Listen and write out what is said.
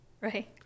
right